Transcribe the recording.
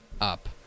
up